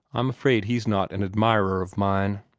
i'm afraid he's not an admirer of mine.